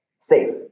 safe